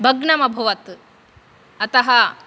भग्नं अभवत् अतः